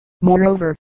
moreover